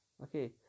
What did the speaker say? Okay